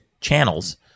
channels